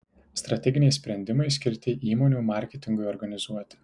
strateginiai sprendimai skirti įmonių marketingui organizuoti